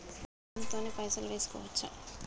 Phone తోని పైసలు వేసుకోవచ్చా?